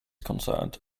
concerned